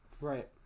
Right